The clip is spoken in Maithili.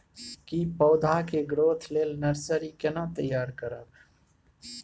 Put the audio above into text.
की पौधा के ग्रोथ लेल नर्सरी केना तैयार करब?